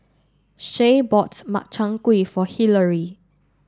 Shae bought Makchang Gui for Hilary